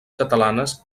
catalanes